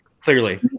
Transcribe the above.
Clearly